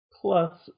Plus